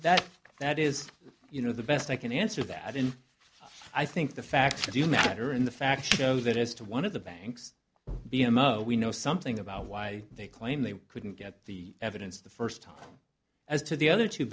that that is you know the best i can answer that in i think the facts do matter in the fact that as to one of the banks be among we know something about why they claim they couldn't get the evidence the first time as to the other two